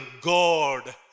God